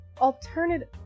Alternative